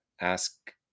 ask